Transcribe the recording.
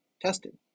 tested